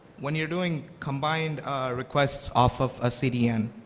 when you're doing combined requests off of a cdn,